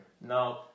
No